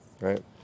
right